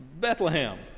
Bethlehem